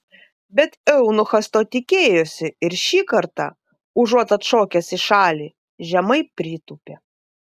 bet eunuchas to tikėjosi ir šį kartą užuot atšokęs į šalį žemai pritūpė